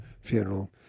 funeral